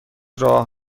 راه